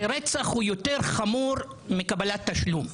שרצח הוא יותר חמור מקבלת תשלום.